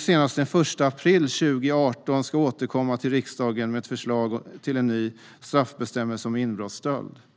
Senast den 1 april 2018 ska regeringen återkomma till riksdagen med ett förslag till en ny straffbestämmelse om inbrottsstöld.